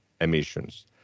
emissions